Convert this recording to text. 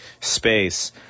space